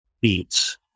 beats